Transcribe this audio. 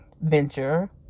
venture